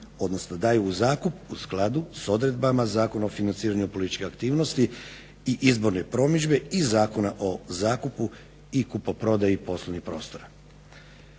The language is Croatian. odnosno daju u zakup u skladu s odredbama zakona o financiranju političkih aktivnosti i izborne promidžbe i zakona o zakupu i kupoprodaji poslovnih prostora.